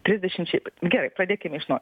trisdešimčiai gerai pradėkim iš naujo